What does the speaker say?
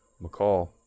McCall